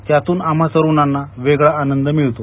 त्यातून आम्हा तरुणांना वेगळा आनंद मिळतो